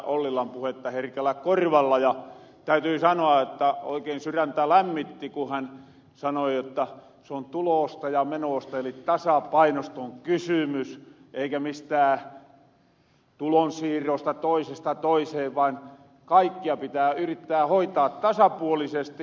ollilan puhetta herkällä korvalla ja täytyy sanoa että oikein syräntä lämmitti ku hän sano jotta se on tuloosta ja menoosta eli tasapainosta kysymys eikä mistää tulonsiirrosta toisesta toiseen vaan kaikkia pitää yrittää hoitaa tasapuolisesti